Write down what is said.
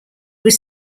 was